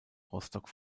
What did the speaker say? rostock